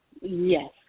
Yes